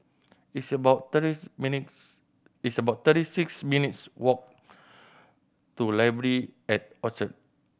it's about thirty's minutes' it's about thirty six minutes' walk to Library at Orchard